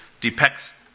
depicts